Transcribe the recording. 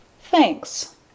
Thanks